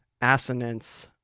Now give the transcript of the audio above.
assonance